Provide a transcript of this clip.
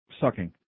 sucking